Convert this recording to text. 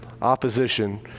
opposition